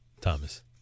Thomas